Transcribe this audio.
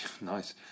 Nice